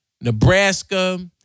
Nebraska